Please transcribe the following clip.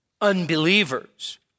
unbelievers